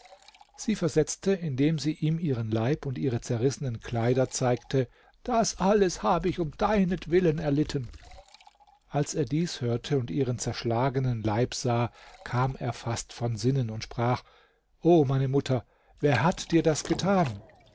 sie versetzte indem sie ihm ihren leib und ihre zerrissenen kleider zeigte das alles habe ich um deinetwillen erlitten als er dies hörte und ihren zerschlagenen leib sah kam er fast von sinnen und sprach o meine mutter wer hat dir das getan